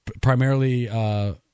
primarily